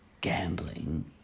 gambling